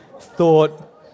thought